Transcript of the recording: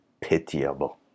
pitiable